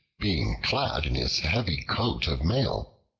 being clad in his heavy coat of mail.